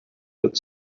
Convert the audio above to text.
but